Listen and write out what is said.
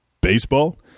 baseball